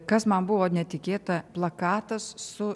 kas man buvo netikėta plakatas su